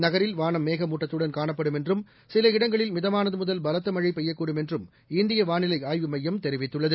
நகரில் வானம் மேகமூட்டத்துடன் காணப்படும் என்றும் சில இடங்களில் மிதமானது முதல் பலத்த மனழ பெய்யக்கூடும் என்றும் இந்திய வானிலை ஆய்வு மையம் தெரிவித்துள்ளது